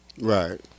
Right